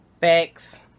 Facts